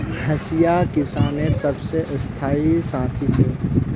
हंसिया किसानेर सबसे स्थाई साथी छे